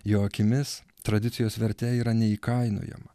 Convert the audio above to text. jo akimis tradicijos vertė yra neįkainojama